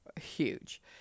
huge